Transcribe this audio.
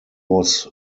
was